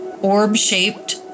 orb-shaped